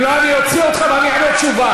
אם לא, אני אוציא אותך, ואני אענה תשובה.